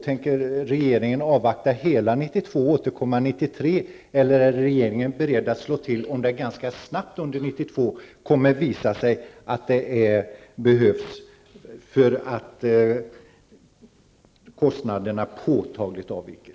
Tänker regeringen avvakta hela året 1992 och återkomma 1993, eller är regeringen beredd att slå till ganska snabbt, om det under 1992 visar sig att kostnaderna ''påtagligt avviker''?